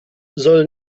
soll